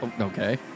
Okay